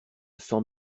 cent